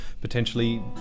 potentially